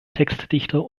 textdichter